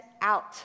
out